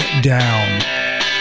Down